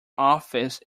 office